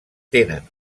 tenen